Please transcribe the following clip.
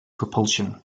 propulsion